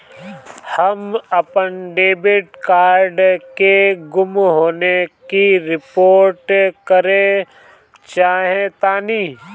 हम अपन debit card के गुम होने की रिपोर्ट करे चाहतानी